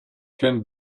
can